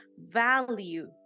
value